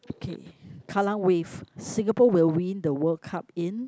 okay Kallang-Wave Singapore will win the World Cup in